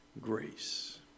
grace